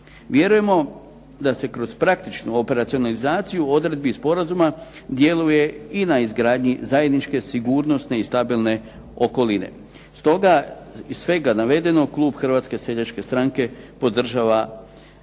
Vjerujemo da se kroz praktičnu operacionalizaciju odredbi sporazuma djeluje i na izgradnji zajedničke sigurnosne i stabilne okoline. Stoga iz svega navedenog klub Hrvatske seljačke stranke podržava